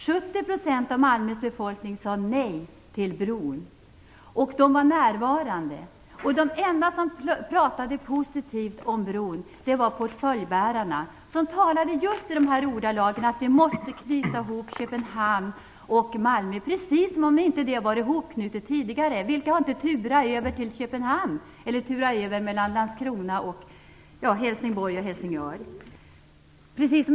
70 % av Malmös befolkning sade nej till bron, och det var många närvarande. De enda som talade positivt om bron var portföljbärarna, som talade om att man måste ha förbindelse mellan Malmö och Köpenhamn, precis som om det tidigare inte varit möjligt. Vilka har inte turat mellan Malmö och Köpenhamn eller mellan Helsingborg och Helsingör?